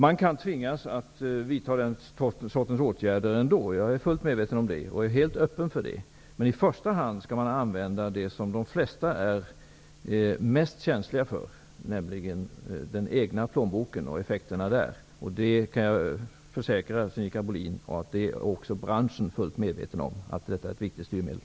Man kan tvingas att vidta den sortens åtgärder ändå; jag är fullt medveten om det och är helt öppen för det. Men i första hand skall man använda det som de flesta är mest känsliga för, nämligen effekterna för den egna plånboken. Jag kan försäkra Sinikka Bohlin att branschen är fullt medveten om att detta är ett viktigt styrmedel.